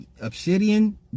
Obsidian